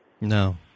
No